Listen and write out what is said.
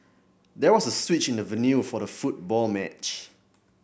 there was a switch in the venue for the football match